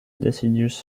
deciduous